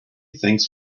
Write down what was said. thinks